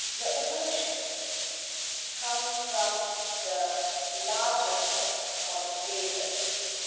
the upanishads come from the larger text called the vedas.